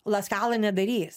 la skala nedarys